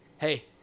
hey